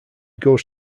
goes